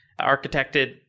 architected